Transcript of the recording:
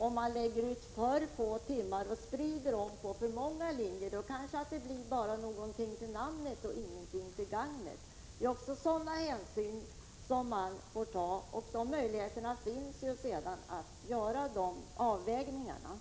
Om man lägger ut allt för få timmar och sprider dem på för många linjer, kanske vi får ett ämne till namnet och inte till gagnet. Också sådana hänsyn måste vi ta. Det finns alltså möjligheter att göra avvägningar senare.